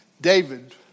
David